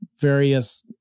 various